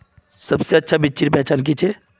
सबसे अच्छा बिच्ची पहचान की छे?